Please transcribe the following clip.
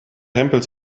hempels